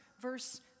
verse